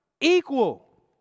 Equal